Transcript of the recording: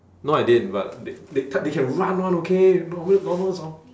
no I didn't but they that type they can run [one] okay normal normal zom~